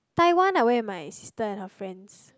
Taiwan I went with my sister and her friends